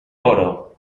oro